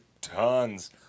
tons